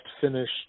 finished